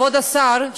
כבוד השר,